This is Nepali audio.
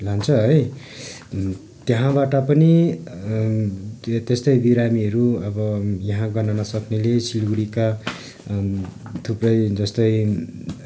लान्छ है त्यहाँबाट पनि त्यस्तै बिरामीहरू अब यहाँ गर्न नसक्नेले सिलगढीका थुप्रै जस्तै